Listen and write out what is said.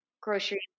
grocery